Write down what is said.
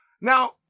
Now